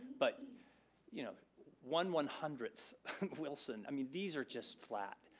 but you know one one hundredth wilson, i mean these are just flat.